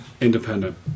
independent